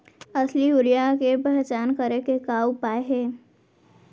असली यूरिया के पहचान करे के का उपाय हे?